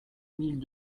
mille